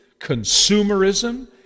consumerism